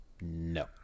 No